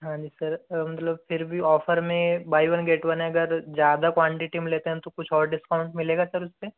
हाँ जी सर मतलब फिर भी ऑफर में बाय वन गेट वन अगर ज़्यादा कॉन्टिटी में लेते हैं तो कुछ और डिस्काउंट मिलेगा सर उसपे